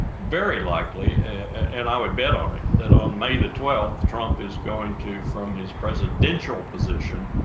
very likely and i would bet on it, that on may the twelfth trump is going to, from his presidential position,